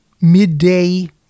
midday